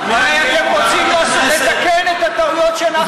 הרי אתם רוצים לתקן את הטעויות שאנחנו עשינו.